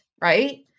Right